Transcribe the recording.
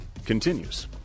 continues